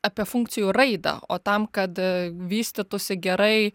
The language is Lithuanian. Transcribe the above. apie funkcijų raidą o tam kad vystytųsi gerai